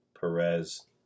Perez